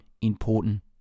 important